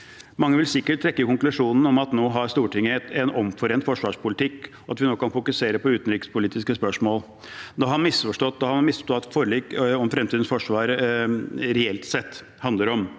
Mange vil sikkert trekke den konklusjonen at Stortinget nå har en omforent forsvarspolitikk, og at vi nå kan fokusere på utenrikspolitiske spørsmål. Da har man misforstått hva et forlik om fremtidens forsvar reelt sett handler om.